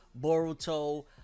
boruto